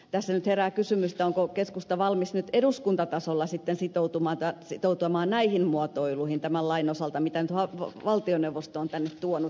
tässä nyt herää kysymys onko keskusta valmis nyt eduskuntatasolla sitten sitoutumaan tämän lain osalta näihin muotoiluihin jotka nyt valtioneuvosto on tänne tuonut